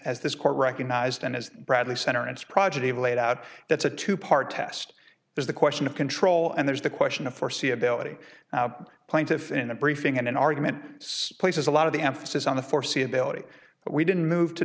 as this court recognized and as bradley center in its progeny have laid out that's a two part test there's the question of control and there's the question of foreseeability the plaintiff in a briefing in an argument so places a lot of the emphasis on the foreseeability but we didn't move to